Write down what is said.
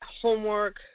homework